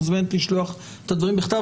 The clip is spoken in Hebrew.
את מוזמנת לשלוח את הדברים בכתב,